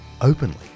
openly